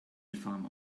farmer